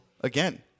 again